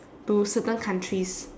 to certain countries